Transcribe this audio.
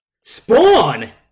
Spawn